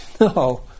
No